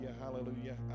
Hallelujah